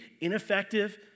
ineffective